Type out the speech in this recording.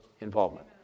involvement